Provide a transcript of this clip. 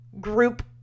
group